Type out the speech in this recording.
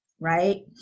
Right